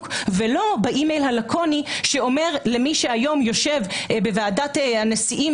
ולא באים אל הלקוני שאומר למי שהיום יושב בוועדת הנשיאים